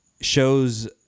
shows